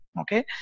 Okay